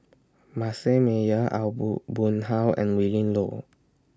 Manasseh Meyer Aw Boon Haw and Willin Low